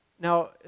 Now